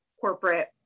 corporate